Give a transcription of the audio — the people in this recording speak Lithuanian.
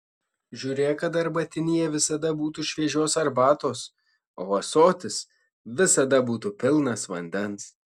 žiūrėk kad arbatinyje visada būtų šviežios arbatos o ąsotis visada būtų pilnas vandens